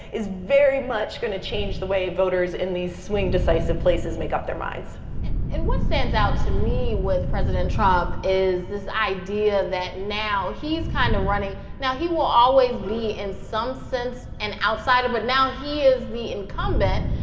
is very much going to change the way voters in these swing, decisive places make up their minds and what stands out to me with president trump is this idea that now he's kind of running now, he will always be, in some sense, an outsider. but now he is the incumbent.